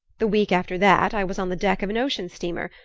the week after that i was on the deck of an ocean steamer,